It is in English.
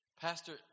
Pastor